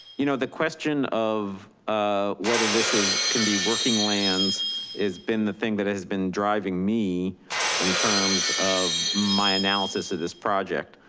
you know, the question of ah whether this is can be working lands has been the thing that has been driving me in terms of my analysis of this project,